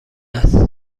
است